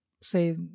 say